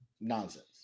nonsense